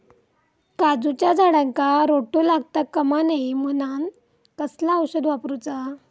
काजूच्या झाडांका रोटो लागता कमा नये म्हनान कसला औषध वापरूचा?